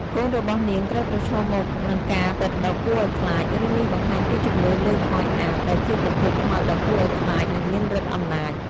កូនរបស់នាងត្រូវប្រឈមមុខនឹងការពិតដ៏គួរឲ្យខ្លាច រឿងនេះបង្ហាញពីជំនឿលើខ្មោចអាប ដែលជាប្រភេទខ្មោចដ៏គួរឲ្យខ្លាច និងមានឫទ្ធិអំណាច។